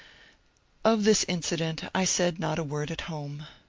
of this incident i said not a word at home.